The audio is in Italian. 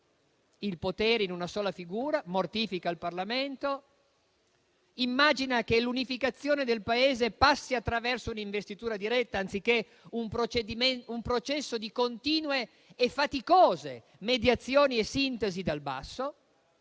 il potere in una sola figura, mortifica il Parlamento e immagina che l'unificazione del Paese passi attraverso un'investitura diretta, anziché un processo di continue e faticose mediazioni e sintesi dal basso.